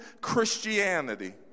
Christianity